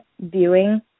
viewing